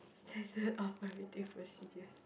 of my waiting procedures